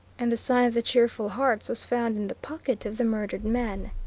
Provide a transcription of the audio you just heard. and the sign of the cheerful hearts was found in the pocket of the murdered man.